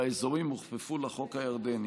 והאזורים הוכפפו לחוק הירדני.